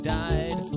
died